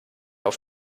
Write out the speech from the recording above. auf